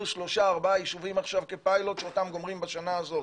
שלושה-ארבעה יישובים כפיילוט שאותם גומרים בשנה הזאת